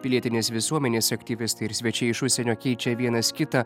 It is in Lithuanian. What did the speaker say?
pilietinės visuomenės aktyvistai ir svečiai iš užsienio keičia vienas kitą